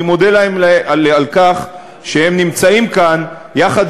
אני מודה להם על כך שהם נמצאים כאן יחד